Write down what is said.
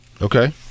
Okay